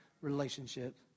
relationship